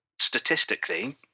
Statistically